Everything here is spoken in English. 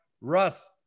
Russ